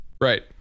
Right